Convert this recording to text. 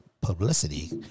publicity